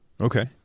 Okay